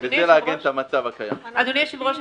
אדוני היושב-ראש,